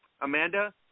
Amanda